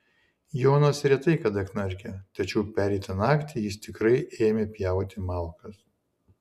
jonas retai kada knarkia tačiau pereitą naktį jis tikrai ėmė pjauti malkas